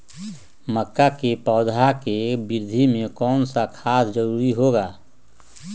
मक्का के पौधा के वृद्धि में कौन सा खाद जरूरी होगा?